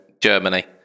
germany